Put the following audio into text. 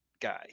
guy